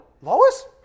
Lois